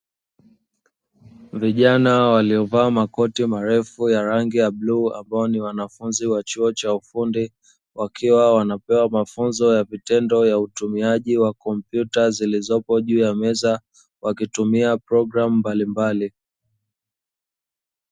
Vijana waliovaa makoti marefu ya rangi ya bluu, ambayo ni wanafunzi wa chuo cha ufundi, wakiwa wanapewa mafunzo ya vitendo ya utumiaji wa kompyuta zilizopo juu ya meza, wakitumia programu mbalimbali.